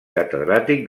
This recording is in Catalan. catedràtic